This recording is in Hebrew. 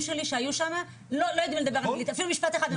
שלי שהיו שם לא ידעו לדבר אנגלית אפילו משפט אחד,